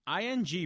ING